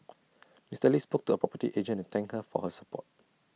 Mister lee spoke to A property agent and thank her for her support